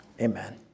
amen